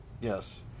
Yes